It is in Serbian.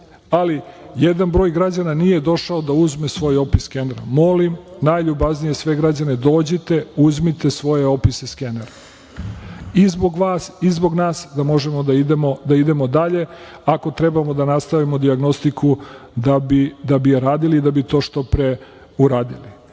ali jedan broj građana nije došao da uzme svoj opis skenera. Molim, najljubaznije, sve građane – dođite, uzmite svoje opise skenera, i zbog vas i zbog nas, da možemo da idemo dalje, ako trebamo da nastavimo dijagnostiku da bi je radili i da bi to što pre uradili. Poruka